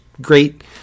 great